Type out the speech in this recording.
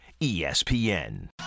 ESPN